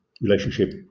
relationship